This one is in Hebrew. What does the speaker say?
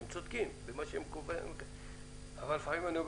הם צודקים, אבל לפעמים אני אומר